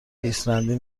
ایسلندی